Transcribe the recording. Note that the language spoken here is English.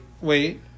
wait